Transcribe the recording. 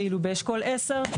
ואילו באשכול עשר,